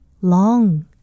long